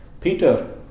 Peter